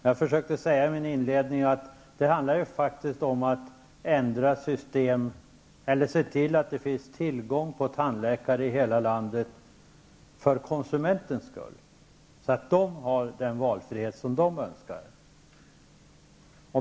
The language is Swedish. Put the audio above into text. Jag försökte i min inledning säga att det faktiskt handlar om att se till att det finns tillgång på tandläkare i hela landet för konsumenters skull, så att konsumenterna kan få den valfrihet som de önskar.